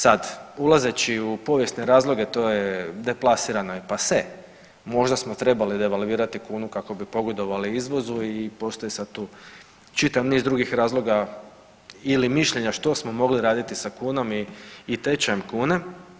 Sad ulazeći u povijesne razloge to je deplasirano i pase, možda smo trebali devalvirati kunu kako bi pogodovali izvozu i postoji sad tu čitav niz drugih razloga ili mišljenja što smo mogli raditi sa kunom i tečajem kune.